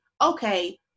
okay